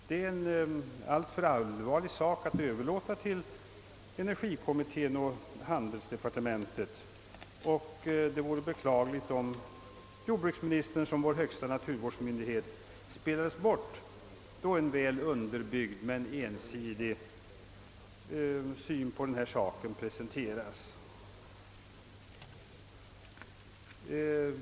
Detta är en alltför allvarlig sak att överlåta åt energikommittén och handelsdepartementet, och det vore beklagligt om jordbruksministern som vår högsta naturvårdsmyndighet spelades bort då en väl underbyggd men ensidig syn på frågan presenteras.